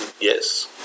yes